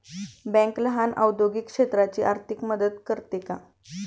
Bank लहान औद्योगिक क्षेत्राची आर्थिक मदत करते का?